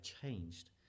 changed